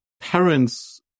parents